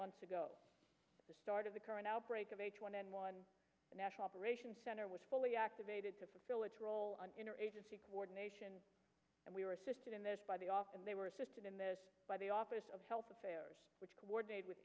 months ago the start of the current outbreak of h one n one nash operating center was fully activated to fulfill its role on interagency coordination and we were assisted in this by the office and they were assisted in this by the office of health affairs which coordinate with